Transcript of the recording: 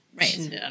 Right